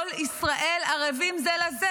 כל ישראל ערבים זה לזה.